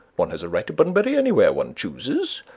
one has a right to bunbury anywhere one chooses.